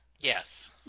Yes